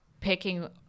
picking